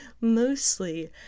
Mostly